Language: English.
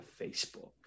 facebook